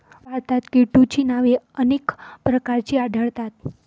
भारतात केटोची नावे अनेक प्रकारची आढळतात